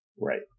Right